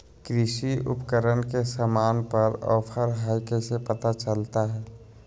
कृषि उपकरण के सामान पर का ऑफर हाय कैसे पता चलता हय?